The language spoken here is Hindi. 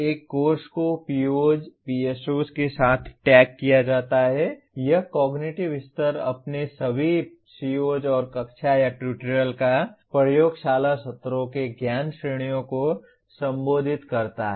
एक कोर्स को POs PSOs के साथ टैग किया जाता है यह कॉग्निटिव स्तर अपने सभी COs और कक्षा या ट्यूटोरियल या प्रयोगशाला सत्रों के ज्ञान श्रेणियों को संबोधित करता है